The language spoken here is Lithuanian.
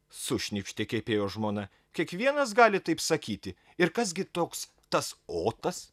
sušnypštė kepėjo žmona kiekvienas gali taip sakyti ir kas gi toks tas otas